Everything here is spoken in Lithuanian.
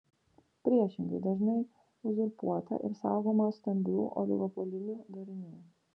priešingai dažnai uzurpuota ir saugoma stambių oligopolinių darinių